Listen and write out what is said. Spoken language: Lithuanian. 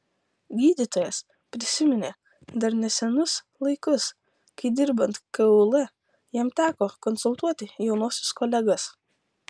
gydytojas prisiminė dar nesenus laikus kai dirbant kul jam teko konsultuoti jaunuosius kolegas